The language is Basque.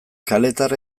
kaletar